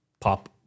pop